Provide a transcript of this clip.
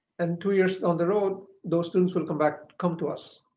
and two years down the road, those students will come back come to us